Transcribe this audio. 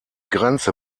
grenze